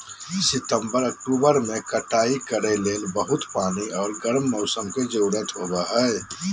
सितंबर, अक्टूबर में कटाई करे ले बहुत पानी आर गर्म मौसम के जरुरत होबय हइ